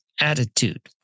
attitude